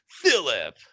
Philip